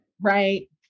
Right